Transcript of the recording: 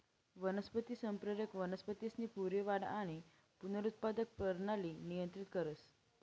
वनस्पती संप्रेरक वनस्पतीसनी पूरी वाढ आणि पुनरुत्पादक परणाली नियंत्रित करस